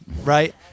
right